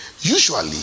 Usually